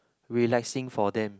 relaxing for them